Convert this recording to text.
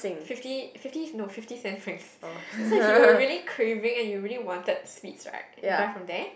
fifty fifty no fifty cent Frank so if you were really craving and you really wanted sweets right you buy from there